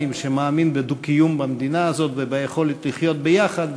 שמאמינים בדו-קיום במדינה הזאת וביכולת לחיות יחד,